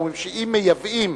הוא אומר שאם מייבאים,